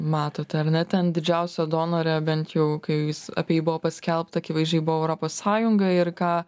matote ar ne ten didžiausia donorė bent jau kai jis apie jį buvo paskelbta akivaizdžiai buvo europos sąjunga ir ką